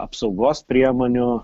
apsaugos priemonių